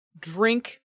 drink